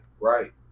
right